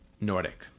nordic